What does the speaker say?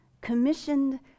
commissioned